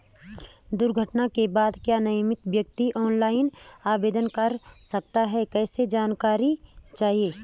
दुर्घटना के बाद क्या नामित व्यक्ति ऑनलाइन आवेदन कर सकता है कैसे जानकारी चाहिए?